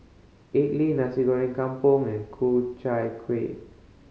idly Nasi Goreng Kampung and Ku Chai Kueh